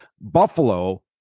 Buffalo